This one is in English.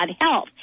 health